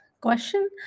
question